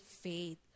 faith